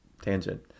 tangent